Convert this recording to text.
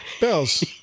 Bells